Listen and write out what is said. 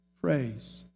praise